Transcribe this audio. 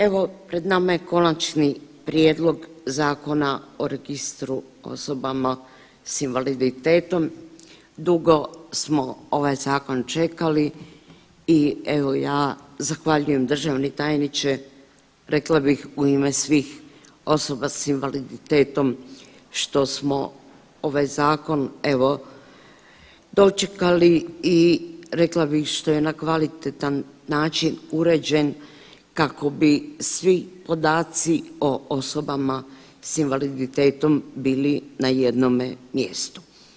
Evo pred nama je Konačni prijedlog Zakona o Registru osobama s invaliditetom dugo smo ovaj zakon čekali i evo ja zahvaljujem državni tajniče rekla bih u ime svih osoba s invaliditetom što smo ovaj zakon evo dočekali i rekla bih što je na kvalitetan način uređen kako bi svi podaci osobama s invaliditetom bili na jednome mjestu.